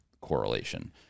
correlation